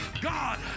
God